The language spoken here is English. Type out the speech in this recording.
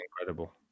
incredible